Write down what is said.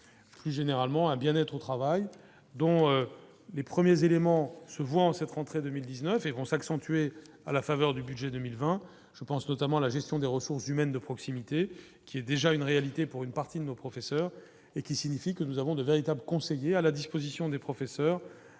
plus généralement un bien-être au travail, dont les premiers éléments se voient en cette rentrée 2000 19 et vont s'accentuer à la faveur du budget 2020, je pense notamment à la gestion des ressources humaines de proximité qui est déjà une réalité pour une partie de nos professeurs et qui signifie que nous avons de véritables conseiller à la disposition des professeurs